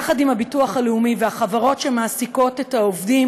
יחד עם הביטוח הלאומי והחברות שמעסיקות את העובדים,